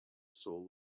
soul